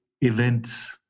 events